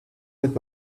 with